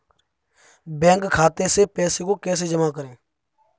Bank खाते से पैसे को कैसे जमा करें?